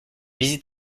visite